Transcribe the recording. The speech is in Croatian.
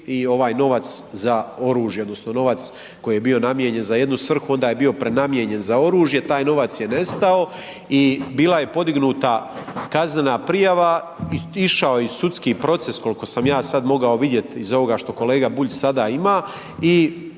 i ovaj novac za oružje odnosno novac koji je bio namijenjen za jednu svrhu onda je bio prenamijenjen za oružje, taj novac je nestao i bila je podignuta kaznena prijava i išao je sudski proces koliko sam ja sad mogao vidjeti iz ovoga što kolega Bulj sada ima